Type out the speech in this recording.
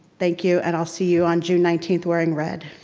thank you and i'll see you on june nineteenth wearing red.